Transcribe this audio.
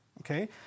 okay